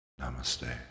Namaste